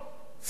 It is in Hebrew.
סדר-יום.